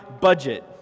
budget